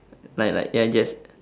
like like ya just